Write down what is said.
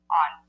on